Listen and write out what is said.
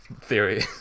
theory